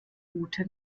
route